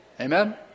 Amen